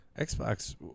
Xbox